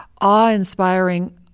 awe-inspiring